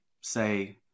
say